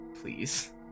Please